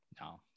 No